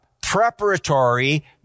preparatory